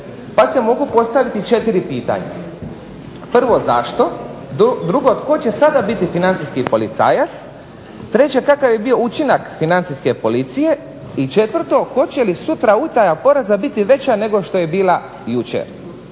pa se mogu postaviti 4 pitanja. Prvo zašto? Drugo tko će sada biti financijski policajac? Treće kakav je bio učinak Financijske policije? I četvrto hoće li sutra utaja poreza biti veća nego što je bila jučer?